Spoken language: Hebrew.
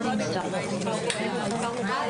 הישיבה ננעלה בשעה 11:04.